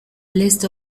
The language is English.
list